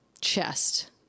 chest